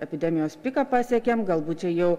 epidemijos piką pasiekėm galbūt čia jau